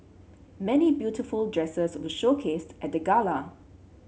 many beautiful dresses were showcased at the gala